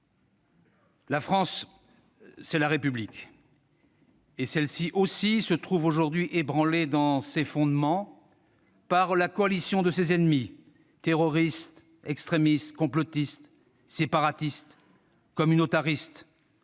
La France, c'est la République. Et celle-ci aussi se trouve aujourd'hui ébranlée dans ses fondements par la coalition de ses ennemis : terroristes, extrémistes, complotistes, séparatistes, communautaristes,